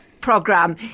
program